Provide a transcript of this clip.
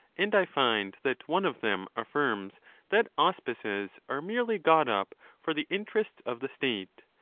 and i find that one of them affirlns that auspices are merely got up for the interests of the state,